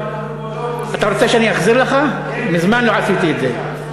אנחנו באותה אופוזיציה.